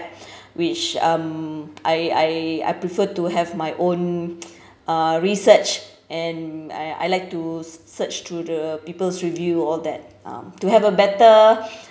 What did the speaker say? which um I I I prefer to have my own uh research and I I like to search through the people's review all that um to have a better